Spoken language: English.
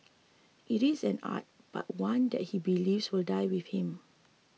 it is an art but one that he believes will die with him